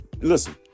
Listen